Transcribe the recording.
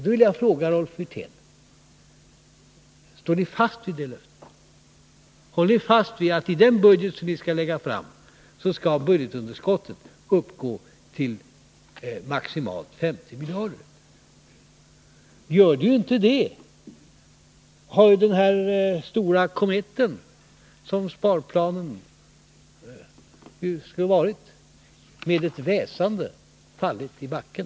Då vill jag fråga Rolf Wirtén: Står ni fast vid det här löftet? Håller ni fast vid att budgetunderskottet i den budget ni kommer att lägga fram skall uppgå till maximalt 50 miljarder? Gör det inte det har ju den här stora kometen, som sparplanen skulle ha varit, med ett väsande fallit i backen.